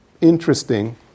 interesting